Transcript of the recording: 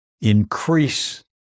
increase